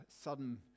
sudden